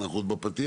אנחנו עוד בפתיח.